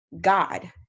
God